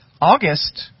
August